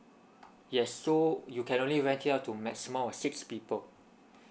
yes so you can only rent it out to maximum of six people